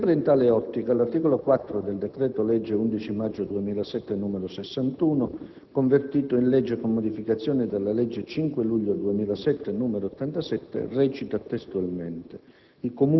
Sempre in tale ottica, l'articolo 4 del decreto-legge 11 maggio 2007, n. 61, convertito in legge, con modificazioni, dalla legge 5 luglio 2007, n. 87, recita testualmente: